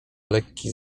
lekki